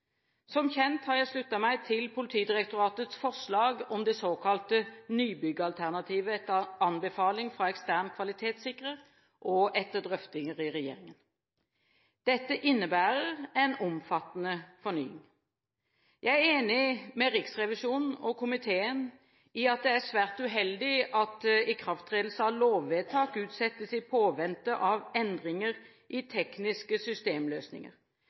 Som kjent har jeg sluttet meg til Politidirektoratets forslag om det såkalte Nybygg-alternativet, etter anbefaling fra ekstern kvalitetssikrer og etter drøftinger i regjeringen. Dette innebærer en omfattende fornying. Jeg er enig med Riksrevisjonen og komiteen i at det er svært uheldig at ikrafttredelse av lovvedtak utsettes i påvente av endringer i tekniske systemløsninger.